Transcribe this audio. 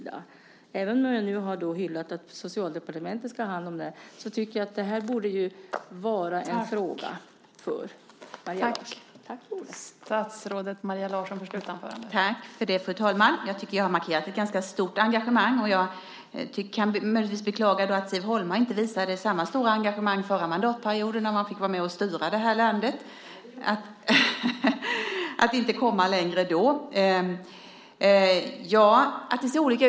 Jag har nu hyllat tanken att Socialdepartementet ska ha hand om detta, och jag tycker att det här borde vara en fråga för Maria Larsson.